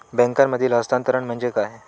बँकांमधील हस्तांतरण म्हणजे काय?